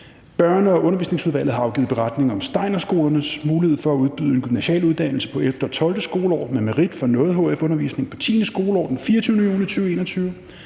Børne- og Undervisningsudvalget har afgivet: Beretning om Steinerskolernes mulighed for at udbyde en gymnasial uddannelse på 11. og 12. skoleår med merit for noget hf-undervisning på 10. skoleår den 24. juni 2021.